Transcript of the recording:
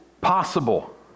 possible